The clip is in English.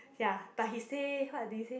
ya but he say what did he say